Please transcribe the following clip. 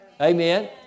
Amen